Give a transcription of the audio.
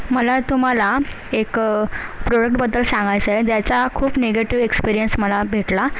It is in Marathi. मला तुम्हाला एक प्रोडक्टबद्दल सांगायचं आहे ज्याचा खूप निगेटिव्ह एक्सपिरियन्स मला भेटला